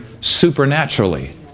supernaturally